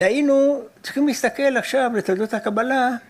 ‫היינו... צריכים להסתכל עכשיו ‫לתולדות הקבלה.